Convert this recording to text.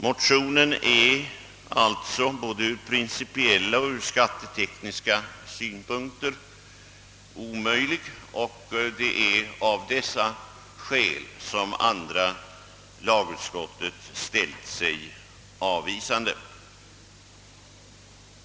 Motionen är alltså både ur principiella och ur skattetekniska synpunkter omöjlig, och det är av dessa skäl som andra lagutskottet ställt sig avvisande.